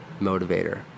motivator